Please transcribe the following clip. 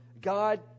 God